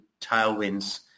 tailwinds